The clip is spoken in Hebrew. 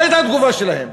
מה הייתה התגובה שלהם?